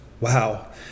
wow